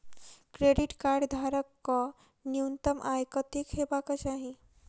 Credit card धारक कऽ न्यूनतम आय कत्तेक हेबाक चाहि?